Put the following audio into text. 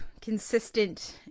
consistent